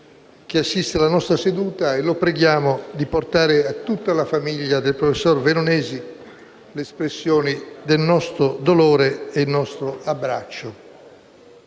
Grazie